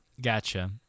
gotcha